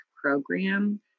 program